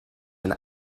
een